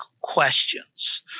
questions